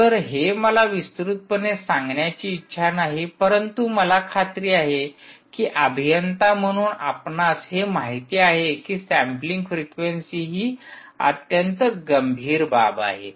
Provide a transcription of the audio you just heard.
तर हे मला विस्तृतपणे सांगण्याची इच्छा नाही परंतु मला खात्री आहे की अभियंता म्हणून आपणास हे माहित आहे की सॅम्पलिंग फ़्रेक्वेंसी ही अत्यंत गंभीर बाब आहे